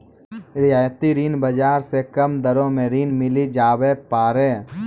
रियायती ऋण बाजार से कम दरो मे ऋण मिली जावै पारै